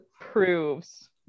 proves